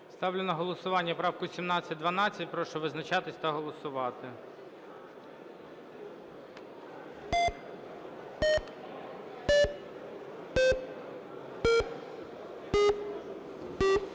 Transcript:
Ставлю на голосування 1947. Прошу визначатись та голосувати.